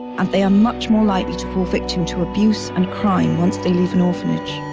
and they are much more likely to fall victim to abuse and crime once they leave an orphanage.